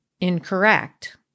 incorrect